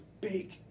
big